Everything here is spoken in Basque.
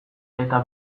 eta